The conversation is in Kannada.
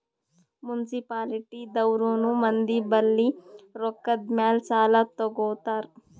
ಮುನ್ಸಿಪಾಲಿಟಿ ದವ್ರನು ಮಂದಿ ಬಲ್ಲಿ ರೊಕ್ಕಾದ್ ಮ್ಯಾಲ್ ಸಾಲಾ ತಗೋತಾರ್